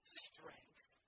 strength